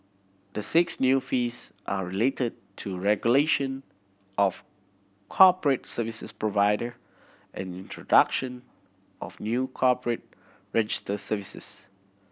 the six new fees are related to regulation of corporate services provider and introduction of new corporate register services